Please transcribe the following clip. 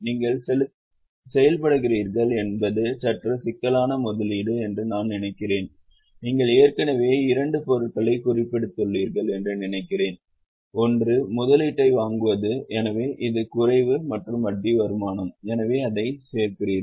நீங்கள் செயல்படுகிறீர்கள் என்பது சற்று சிக்கலான முதலீடு என்று நான் நினைக்கிறேன் நீங்கள் ஏற்கனவே இரண்டு பொருட்களைக் குறிப்பெடுத்துளீர்கள் என்று நினைக்கிறன் ஒன்று முதலீட்டை வாங்குவது எனவே இது குறைவு மற்றும் வட்டி வருமானம் எனவே அதைப் சேர்க்கிறீர்கள்